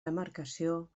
demarcació